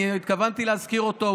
אני התכוונתי להזכיר אותו,